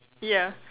ya